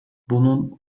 bunun